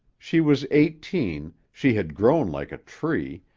she was eighteen, she had grown like a tree,